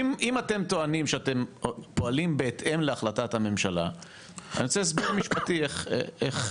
אם אתם טוענים שאתם פועלים בהתאם להחלטת הממשלה אז צריך הסבר משפטי איך.